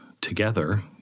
together